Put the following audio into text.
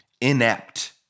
inept